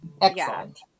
Excellent